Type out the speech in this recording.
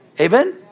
Amen